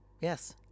Yes